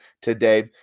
today